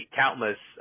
countless